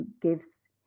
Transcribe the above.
gives